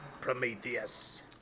Prometheus